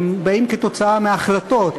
הם באים כתוצאה מהחלטות,